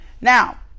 Now